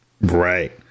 Right